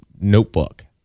notebook